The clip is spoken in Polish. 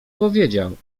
powiedział